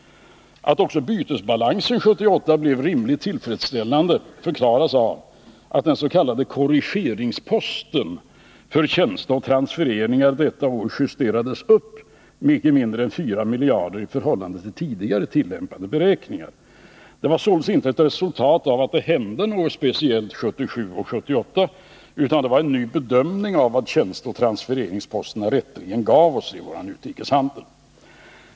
Att också bytesbalansen 1978 blev rimligt tillfredsställande förklaras av att den s.k. korrigeringsposten för tjänster och transfereringar detta år justerades upp med inte mindre än 4 miljarder i förhållande till tidigare tillämpade beräkningar. Den var således inte ett resultat av att det hände något speciellt 1977 och 1978, utan det var en ny bedömning av vad tjänsteoch transfereringsposterna rätteligen gav oss i vår utrikeshandel.